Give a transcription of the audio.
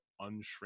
unshrink